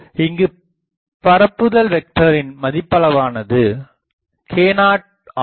இங்கு பரப்புதல் வெக்டரின் மதிப்பளவானது k0 ஆகும்